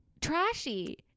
trashy